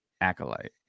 Acolyte